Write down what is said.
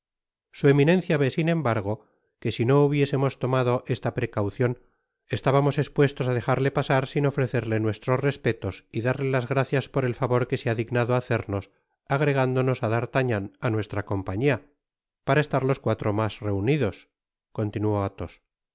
su eminencia ve sin embargo que si no hubiésemos tomado esta prer caucion estábamos espnestos á dejarle pasar sin ofrecerle nuestros respetos y darte las gracias por el favor que se ha dignado hacernos agregándonos á d'artagnan á nuestra compañía para estar los cuatro mas reunidos continuó atbos vos